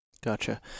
Gotcha